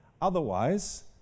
Otherwise